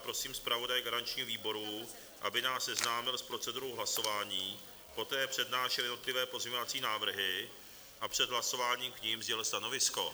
Prosím zpravodaje garančního výboru, aby nás seznámil s procedurou hlasování a poté přednášel jednotlivé pozměňovací návrhy a před hlasováním k nim sdělil stanovisko.